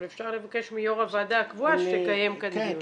אבל אפשר לבקש מיו"ר הוועדה הקבועה שתקיים כזה דיון.